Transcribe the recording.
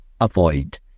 avoid